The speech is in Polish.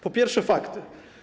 Po pierwsze, fakty.